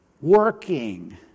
working